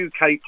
uk